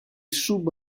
sub